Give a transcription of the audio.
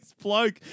bloke